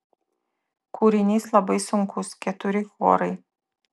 kūrinys labai sunkus keturi chorai